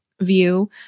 view